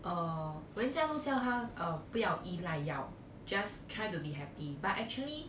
uh 人家都叫他 uh 不要依赖药 just try to be happy but actually